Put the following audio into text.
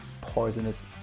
poisonous